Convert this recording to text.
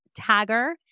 Tagger